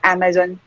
Amazon